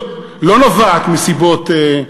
אין מספיק מצוינים.